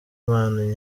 mpano